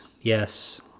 yes